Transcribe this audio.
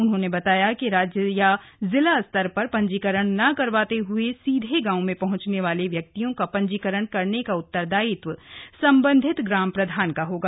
उन्होंने बताया कि राज्य या जिला स्तर पर पंजीकरण न करवाते हए सीधे गांवों में पहुंचने वाले व्यक्तियों का पंजीकरण करने का उत्तरदायित्व संबंधित ग्राम प्रधान का होगा